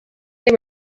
they